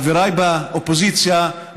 חבריי באופוזיציה,